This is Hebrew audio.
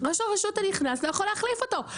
ראש הרשות הנכנס לא יכול להחליף אותו.